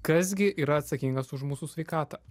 kas gi yra atsakingas už mūsų sveikatą